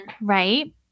right